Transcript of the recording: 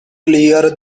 clear